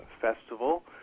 festival